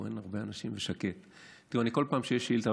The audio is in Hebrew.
פה אין הרבה אנשים ושקט: בכל פעם שיש שאילתה,